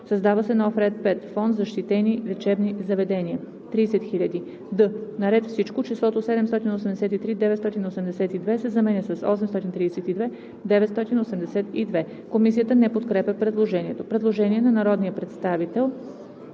създава се нов ред 5. „Фонд „Защитени лечебни заведения“ 30 000,0.“ д) на ред Всичко: числото „783 982,0“ се заменя с „832 982,0“.“ Комисията не подкрепя предложението. Предложение на народния представител